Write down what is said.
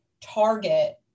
target